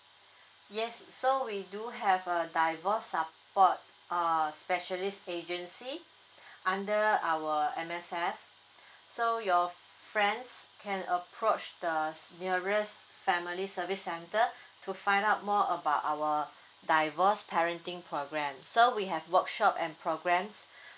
yes so we do have a divorce support uh specialist agency under our M_S_F so your f~ f~ friends can approach the s~ nearest family service center to find out more about our divorce parenting program so we have workshop and programmes